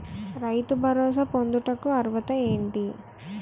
రైతు భరోసా పొందుటకు అర్హత ఏంటి?